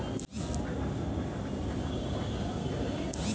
মানুষ যখন নিজের মাসিক বা বাৎসরিক খরচের থেকে টাকা বাঁচিয়ে রাখে